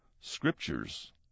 Scriptures